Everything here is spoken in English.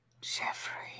Jeffrey